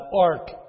ark